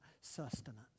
sustenance